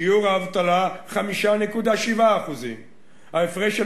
שיעור האבטלה הוא 5.7%. ההפרש,